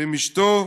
ועם אשתו